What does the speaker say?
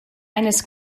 eines